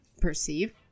perceive